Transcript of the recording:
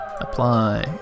apply